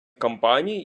кампаній